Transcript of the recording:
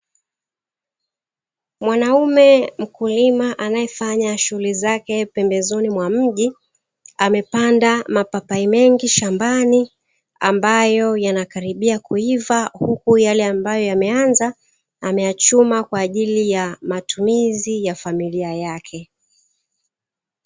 Mwanaume mkulima anayefanya shughuli zake pembezoni mwa mji, amepanda mapapai mengi shambani ambayo yanakaribia kuiva huku yale ambayo yameanza, ameyachuma kwa ajili ya matumizi ya familia yake.